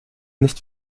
nicht